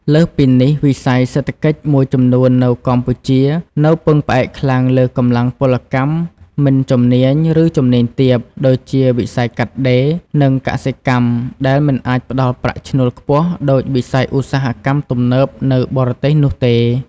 លើសពីនេះ វិស័យសេដ្ឋកិច្ចមួយចំនួននៅកម្ពុជានៅពឹងផ្អែកខ្លាំងលើកម្លាំងពលកម្មមិនជំនាញ ឬជំនាញទាប ដូចជាវិស័យកាត់ដេរ និងកសិកម្ម ដែលមិនអាចផ្ដល់ប្រាក់ឈ្នួលខ្ពស់ដូចវិស័យឧស្សាហកម្មទំនើបនៅបរទេសនោះទេ។